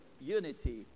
unity